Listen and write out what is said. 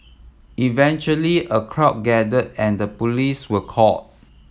eventually a crowd gathered and police were called